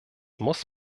muss